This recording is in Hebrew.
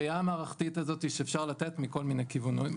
הראייה המערכתית הזאת שאפשר לתת מכל מיני כיוונים.